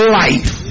life